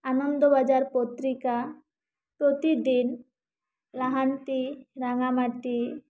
ᱟᱱᱟᱱᱚᱫᱚ ᱵᱟᱡᱟᱨ ᱯᱚᱛᱛᱨᱤᱠᱟ ᱯᱚᱨᱛᱤᱫᱤᱱ ᱞᱟᱦᱟᱱᱛᱤ ᱞᱟᱸᱜᱟ ᱵᱟᱹᱲᱛᱤ